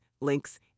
links